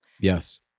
Yes